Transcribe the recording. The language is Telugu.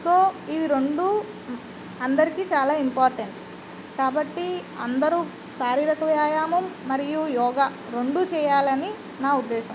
సో ఈ రెండూ అందరికీ చాలా ఇంపార్టెంట్ కాబట్టి అందరూ శారీరక వ్యాయామం మరియు యోగ రెండూ చేయాలని నా ఉద్దేశం